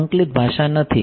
તે સંકલિત ભાષા નથી